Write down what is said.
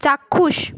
চাক্ষুষ